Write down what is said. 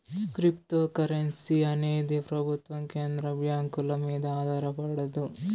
cryptocurrency అనేది ప్రభుత్వం కేంద్ర బ్యాంకుల మీద ఆధారపడదు